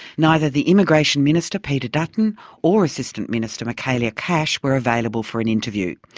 neither the immigration minister peter dutton or assistant minister michaelia cash were available for an interview,